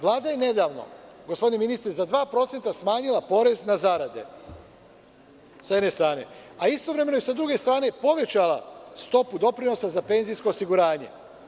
Vlada je nedavno, gospodine ministre, za 2% smanjila porez na zarade, s jedne strane, a istovremeno je s druge strane povećala stopu doprinosa za penzijsko osiguranje.